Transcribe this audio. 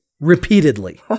Repeatedly